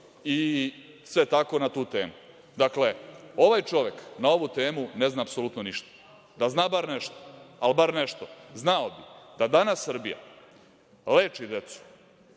i sve tako na tu temu. Dakle, ovaj čovek na ovu temu ne zna apsolutno ništa. Da zna bar nešto, ali bar nešto znao bi da danas Srbija leči decu